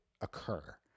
occur